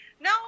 no